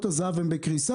שמשמרות הזה"ב הם בקריסה.